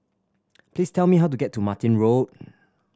please tell me how to get to Martin Road